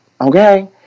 okay